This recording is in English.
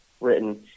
written